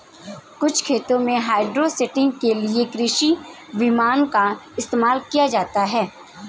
कुछ खेतों में हाइड्रोसीडिंग के लिए कृषि विमान का इस्तेमाल किया जाता है